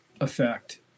effect